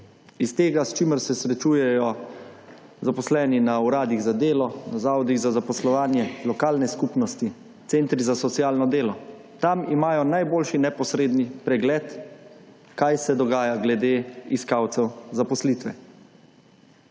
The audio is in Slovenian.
iz tega, s čimer se srečujejo zaposleni na uradih za delo, na zavodih za zaposlovanje, lokalne skupnosti, centri za socialno delo. Tam imajo najboljši, neposredni pregled, kaj se dogaja glede iskalcev zaposlitve.